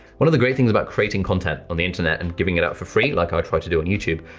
one of the great things about creating content on the internet and giving it out for free, like i tried to do on youtube,